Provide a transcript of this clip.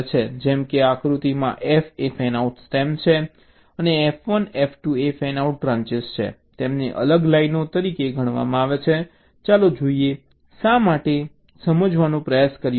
જેમ કે આ આકૃતિમાં F એ ફેનઆઉટ સ્ટેમ છે અને F1 F2 એ ફેનઆઉટ બ્રાન્ચિઝ છે તેમને અલગ લાઇનો તરીકે ગણવામાં આવે છે ચાલો જોઈએ શા માટે ચાલો સમજાવવાનો પ્રયાસ કરીએ